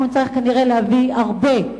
אנחנו נצטרך כנראה להביא הרבה,